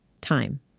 time